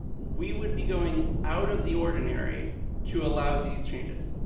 we would be going out of the ordinary to allow these changes.